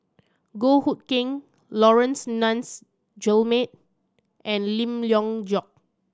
Goh Hood Keng Laurence Nunns Guillemard and Lim Leong Geok